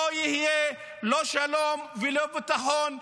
לא יהיו לא שלום ולא ביטחון.